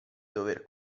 dover